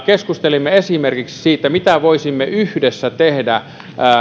keskustelimme esimerkiksi siitä mitä voisimme yhdessä tehdä